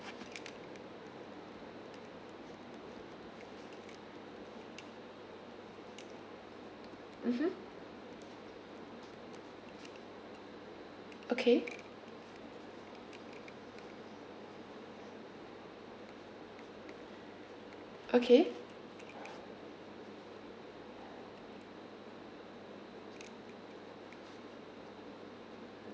mmhmm okay okay